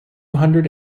hundred